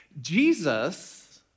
Jesus